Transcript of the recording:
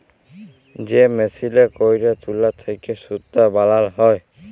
যে মেসিলে ক্যইরে তুলা থ্যাইকে সুতা বালাল হ্যয়